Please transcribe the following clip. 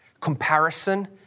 comparison